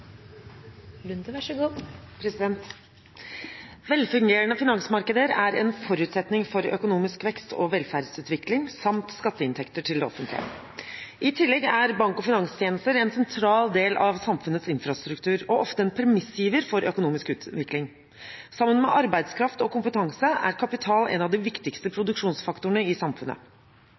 en forutsetning for økonomisk vekst og velferdsutvikling samt skatteinntekter til det offentlige. I tillegg er bank- og finanstjenester en sentral del av samfunnets infrastruktur og ofte en premissgiver for økonomisk utvikling. Sammen med arbeidskraft og kompetanse er kapital en av de viktigste